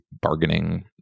bargaining